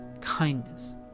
kindness